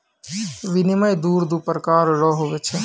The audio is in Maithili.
विनिमय दर दू प्रकार रो हुवै छै